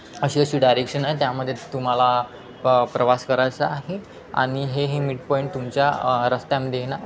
अशी अशी डायरेक्शन आहे त्यामध्ये तुम्हाला प प्रवास करायचा आहे आणि हे हे मिड पॉईंट तुमच्या रस्त्यांमध्ये येना